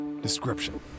Description